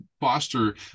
foster